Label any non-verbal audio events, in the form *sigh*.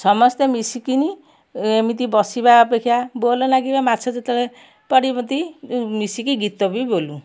ସମସ୍ତେ ମିଶିକିନି ଏମିତି ବସିବା ଅପେକ୍ଷା *unintelligible* ମାଛ ଯେତେବେଳେ ପଡ଼ନ୍ତି ମିଶିକି ଗୀତ ବି ବୋଲୁ